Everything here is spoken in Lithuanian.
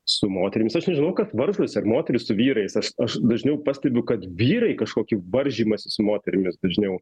su moterimis aš nežinau kad varžosi ar moterys su vyrais aš aš dažniau pastebiu kad vyrai kažkokį varžymąsi su moterimis dažniau